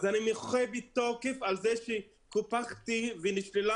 אז אני מוחה בתוקף על זה שקופחתי ונשללה